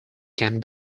can